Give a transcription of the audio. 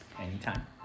Anytime